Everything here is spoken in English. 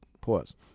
Pause